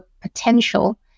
potential